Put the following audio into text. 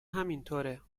همینطوره